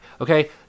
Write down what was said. Okay